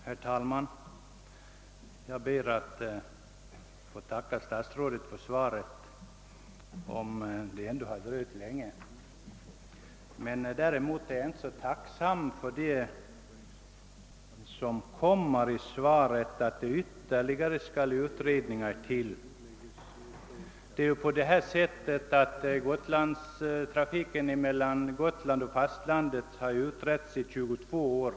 Herr talman! Jag ber att få tacka statsrådet för svaret, även om det har dröjt länge. Däremot är jag inte så tacksam för vad som sägs i svaret om att frågan skall utredas ytterligare, Trafiken mellan Gotland och fastlandet har ju utretts i 22 år.